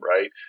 Right